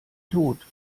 tod